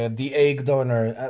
and the egg donor,